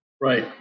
Right